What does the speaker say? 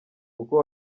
kuko